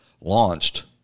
launched